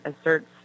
asserts